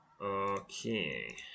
Okay